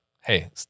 hey